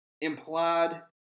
implied